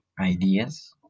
ideas